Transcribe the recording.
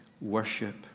worship